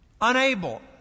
Unable